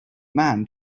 man